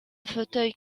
fauteuil